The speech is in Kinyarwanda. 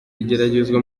igeragezwa